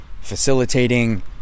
facilitating